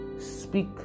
Speak